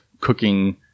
cooking